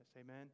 Amen